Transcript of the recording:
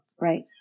Right